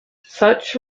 such